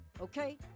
okay